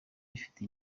bifite